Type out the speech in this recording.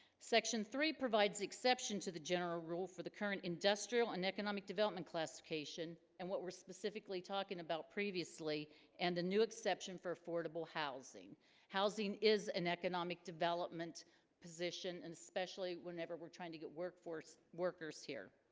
section three provides exception to the general rule for the current industrial and economic development classification and what we're specifically talking about previously and the new exception for affordable housing housing is an economic development position and especially whenever we're trying to get workforce workers here